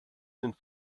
sind